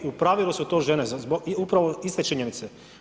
U pravilu su to žene i upravo iste činjenice.